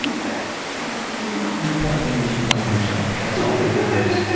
and but yeah i didn't offer. the important thing is you blamed yourself. that's all that matters.